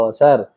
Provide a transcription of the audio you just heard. sir